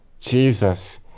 Jesus